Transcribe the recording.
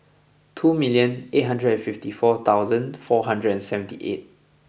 two million eight hundred and fifty four thousand four hundred and seventy eight